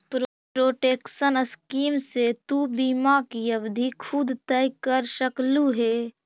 protection scheme से तु बीमा की अवधि खुद तय कर सकलू हे